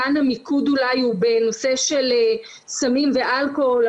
כאן המיקוד אולי הוא בנושא של סמים ואלכוהול.